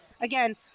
Again